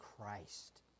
Christ